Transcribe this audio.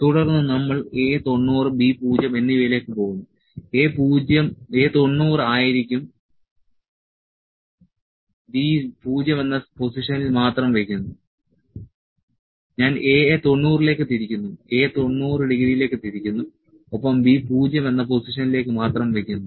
തുടർന്ന് നമ്മൾ A 90 B 0 എന്നിവയിലേക്ക് പോകുന്നു A 90 ആയിരിക്കും B 0 എന്ന പൊസിഷനിൽ മാത്രം വയ്ക്കുന്നു ഞാൻ A യെ 90 ലേക്ക് തിരിക്കുന്നു A 90 ഡിഗ്രിയിലേക്ക് തിരിക്കുന്നു ഒപ്പം B 0 എന്ന പൊസിഷനിൽ മാത്രം വയ്ക്കുന്നു